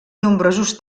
nombrosos